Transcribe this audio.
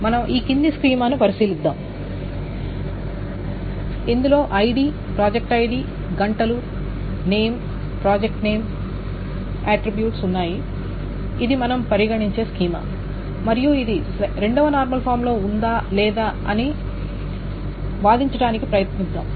మనం ఈ క్రింది స్కీమాను పరిశీలిద్దాము ఐడి ప్రాజెక్ట్ ఐడి గంటలు నేమ్ ప్రాజెక్ట్ నేమ్ ఇది మనం పరిగణించే స్కీమా మరియు ఇది 2 వ నార్మల్ ఫామ్ లో ఉందా లేదా అని వాదించడానికి ప్రయత్నిద్దాము